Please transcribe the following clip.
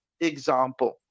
example